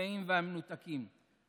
השבעים והמנותקים,